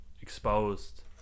exposed